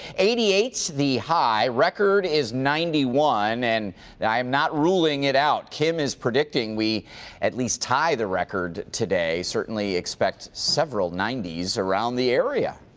eighty eight the high. record is ninety one. and i'm not ruling it out. kim is predicting we at least tie the record today. certainly expect several ninety s around the area.